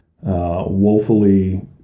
woefully